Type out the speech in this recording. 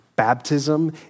Baptism